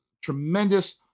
tremendous